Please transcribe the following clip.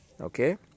Okay